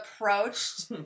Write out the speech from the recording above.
approached